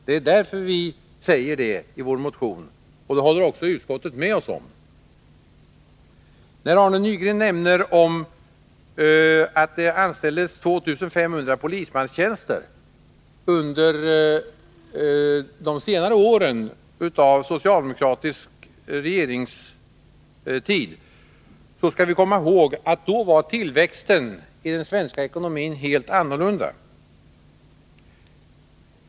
Det är anledningen till påpekandet i vår motion, och det håller också utskottet med oss om. När Arne Nygren nämner att det anställdes 2 500 personer på polismanstjänster under de senare åren av socialdemokratisk regeringstid skall vi komma ihåg att tillväxten i den svenska ekonomin då var helt annorlunda.